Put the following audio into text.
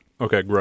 Okay